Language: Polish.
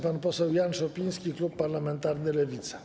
Pan poseł Jan Szopiński, klub parlamentarny Lewica.